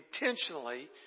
intentionally